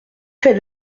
fait